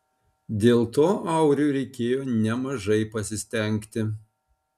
dėl to auriui reikėjo nemažai pasistengti